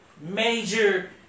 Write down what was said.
major